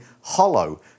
hollow